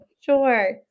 sure